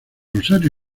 rosario